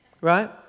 Right